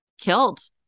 killed